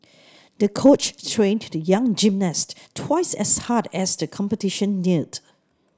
the coach trained the young gymnast twice as hard as the competition neared